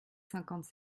cinquante